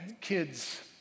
kids